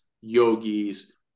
yogis